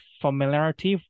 familiarity